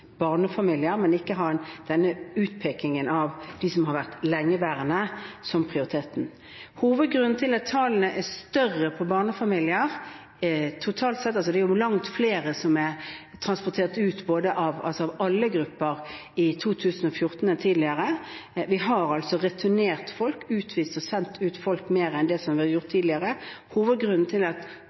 barnefamilier, men ikke ha denne utpekingen av dem som har vært lengeværende, som prioritet. Hovedgrunnen til at flere barnefamilier er sendt ut, totalt sett – det er jo langt flere som er transportert ut av alle grupper i 2014 enn tidligere, vi har altså returnert folk, utvist og sendt ut flere enn det som er gjort tidligere – er åpningen i Nigeria og Afghanistan som ikke tidligere hadde vært